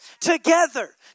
together